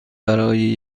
برای